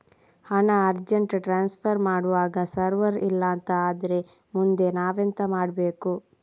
ಹಣ urgent transfer ಮಾಡ್ವಾಗ server ಇಲ್ಲಾಂತ ಆದ್ರೆ ಮುಂದೆ ನಾವೆಂತ ಮಾಡ್ಬೇಕು?